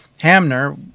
Hamner